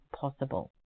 possible